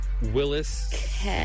Willis